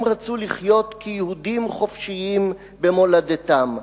הם רצו לחיות כיהודים חופשיים במולדתם,